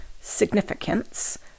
significance